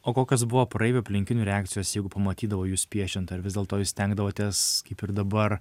o kokios buvo praeivių aplinkinių reakcijos jeigu pamatydavo jus piešiant ar vis dėlto jūs stengdavotės kaip ir dabar